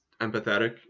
empathetic